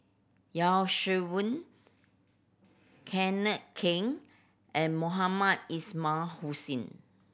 Yeo Shih Yun Kenneth Keng and Mohamed Ismail Hussain